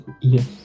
Yes